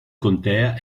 contea